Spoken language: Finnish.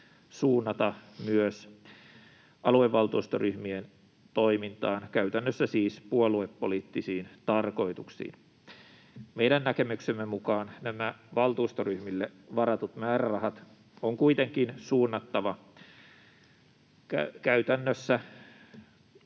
suunnata myös aluevaltuustoryhmien toimintaan, käytännössä siis puoluepoliittisiin tarkoituksiin. Meidän näkemyksemme mukaan nämä valtuustoryhmille varatut määrärahat on kuitenkin suunnattava käytännössä